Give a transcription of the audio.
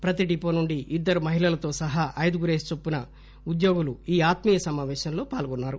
ప్రతి డిపో నుండి ఇద్దరు మహిళలతో సహా ఐదుగురేసి చొప్పున ఉద్యోగులు ఈ ఆత్మీయ సమాపేశంలో పాల్గొన్నారు